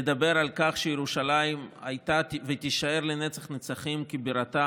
לדבר על כך שירושלים הייתה ותישאר לנצח-נצחים בירתה